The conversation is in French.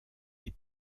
des